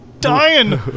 dying